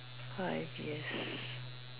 five years